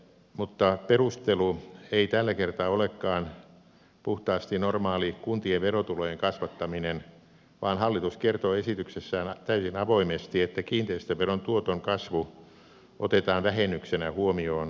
mutta perustelu ei tällä kertaa olekaan puhtaasti normaali kuntien verotulojen kasvattaminen vaan hallitus kertoo esityksessään täysin avoimesti että kiinteistöveron tuoton kasvu otetaan vähennyksenä huomioon valtionosuusperusteissa